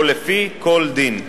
או לפי כל דין.